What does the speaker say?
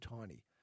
tiny